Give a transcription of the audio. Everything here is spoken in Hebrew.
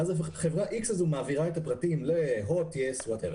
ואז חברה X הזו מעבירה את הפרטים להוט, יס וכולי.